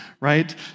right